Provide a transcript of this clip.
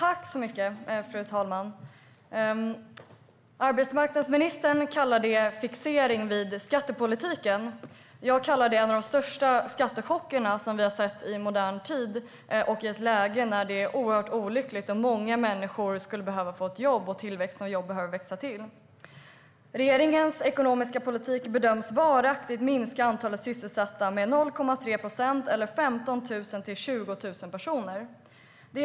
Fru talman! Arbetsmarknadsministern kallar det för fixering vid skattepolitiken. Jag kallar det för en av de största skattechocker som vi har sett i modern tid i ett läge när det är oerhört olyckligt och många människor skulle behöva få ett jobb och jobben skulle behöva växa till. Regeringens ekonomiska politik bedöms varaktigt minska antalet sysselsatta med 0,3 procent eller 15 000-20 000 personer.